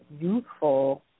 youthful